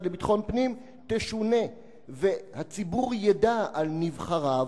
לביטחון פנים תשונה והציבור ידע על נבחריו,